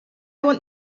want